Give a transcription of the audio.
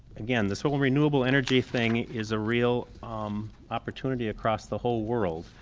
again this whole renewable energy thing is a real opportunity across the whole world,